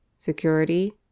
Security